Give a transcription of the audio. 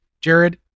Jared